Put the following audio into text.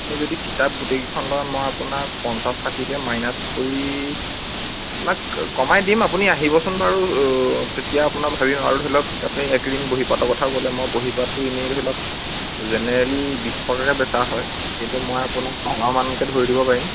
আপুনি যদি কিতাপ গোটেইকেইখন লয় মই আপোনাক পঞ্চাছ ষাঠিকৈ মাইনাছ কৰি আপোনাক কমাই দিম আপুনি আহিবচোন বাৰু তেতিয়া আপোনাৰ ভাবিম আৰু ধৰি লওক আপুনি এক ৰিম বহী পাতৰ কথাও ক'লে মই বহী পাতটো এনেই ধৰি লওক জেনেৰেলী বিছ টকাকৈ বেচা হয় কিন্তু মই আপোনাক মানকৈ ধৰি দিব পাৰিম